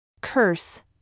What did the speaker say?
Curse